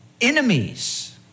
enemies